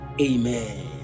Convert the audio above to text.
Amen